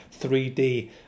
3D